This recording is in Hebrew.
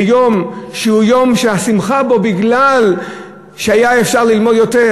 ביום שהוא יום שהשמחה בו היא מפני שהיה אפשר ללמוד יותר.